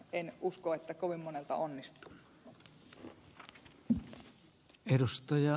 en usko että kovin monelta onnistuu